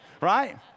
Right